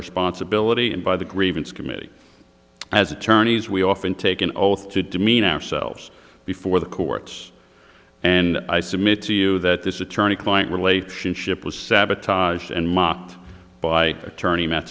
responsibility and by the grievance committee as attorneys we often take an oath to demean ourselves before the courts and i submit to you that this attorney client relationship was sabotaged and mocked by attorney m